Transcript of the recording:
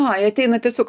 ai ateina tiesiog